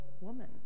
woman